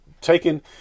taken